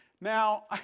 Now